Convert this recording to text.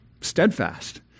Steadfast